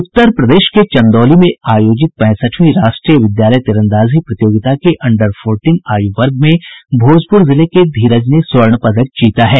उत्तर प्रदेश के चंदौली में आयोजित पैंसठवीं राष्ट्रीय विद्यालय तीरंदाजी प्रतियोगिता के अन्डर फोर्टिन आयु वर्ग में भोजपुर जिले के धीरज ने स्वर्ण पदक जीता है